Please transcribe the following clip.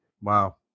Wow